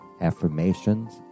affirmations